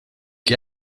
que